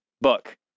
book